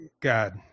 god